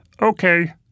Okay